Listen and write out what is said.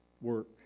work